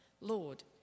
Lord